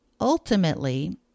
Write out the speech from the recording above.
Ultimately